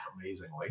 amazingly